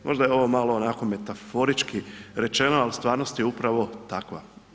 Možda je ovo malo onako metaforički rečeno, ali stvarno je upravo takva.